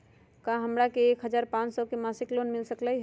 का हमरा के एक हजार पाँच सौ के मासिक लोन मिल सकलई ह?